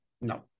No